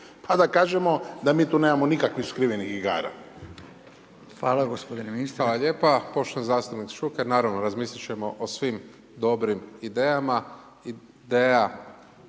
a da kažemo da mi tu nemamo nikakvih skrivenih igara.